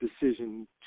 decision